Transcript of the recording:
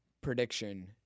prediction